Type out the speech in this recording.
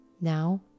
Now